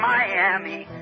Miami